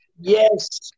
Yes